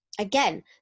Again